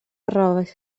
arroves